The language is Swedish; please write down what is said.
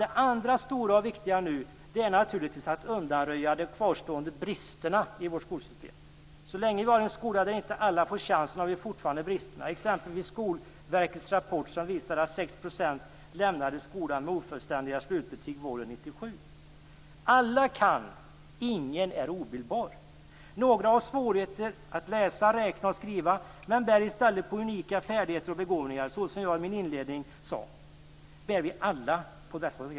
Det andra stora och viktiga är naturligtvis att nu undanröja de kvarstående bristerna i vårt skolsystem. Så länge vi har en skola där inte alla får chansen har vi fortfarande brister. Exempelvis visar Skolverkets rapport att 6 % lämnade skolan med ofullständiga slutbetyg våren 1997. Alla kan! Ingen är obildbar! Några har svårigheter att läsa, räkna och skriva men bär i stället på unika färdigheter och begåvningar. Som jag sade i min inledning bär vi alla på detta.